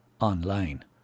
online